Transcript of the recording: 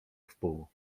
wpół